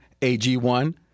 AG1